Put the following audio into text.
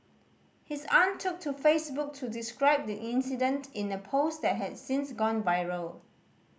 his aunt took to Facebook to describe the incident in a post that has since gone viral